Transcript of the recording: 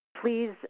Please